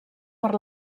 per